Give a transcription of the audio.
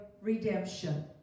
redemption